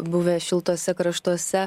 buvę šiltuose kraštuose